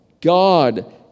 God